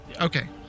Okay